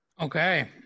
Okay